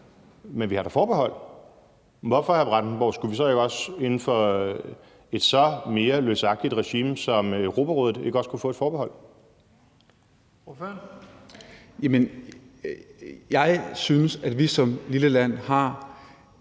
– vi har da forbehold. Hvorfor, hr. Bjørn Brandenborg, skulle vi så inden for et så mere løsagtigt regime som Europarådet ikke også kunne få et forbehold? Kl. 15:02 Første næstformand (Leif